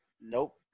Nope